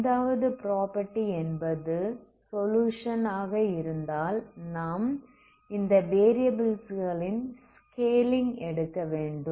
ஐந்தாவது ப்ராப்பர்ட்டி என்பது சொலுயுஷன் ஆக இருந்தால் நாம் இந்த வேரியபில்ஸ்களின் ஸ்கேலிங் எடுக்கவேண்டும்